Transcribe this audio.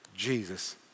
Jesus